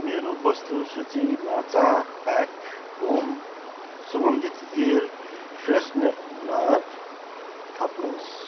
मेरो वस्तु सूचीमा चार प्याक होम सुगन्धित एयर फ्रेसनर थप्नुहोस्